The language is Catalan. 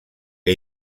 que